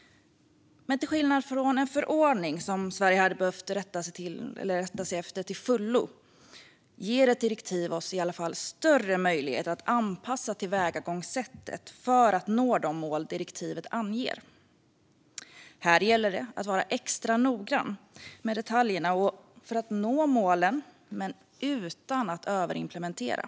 Men till skillnad från en förordning, som Sverige hade behövt rätta sig efter till fullo, ger ett direktiv oss i alla fall större möjligheter att anpassa tillvägagångssättet för att nå de mål som direktivet anger. Här gäller det att vara extra noggrann med detaljerna för att nå målen utan att överimplementera.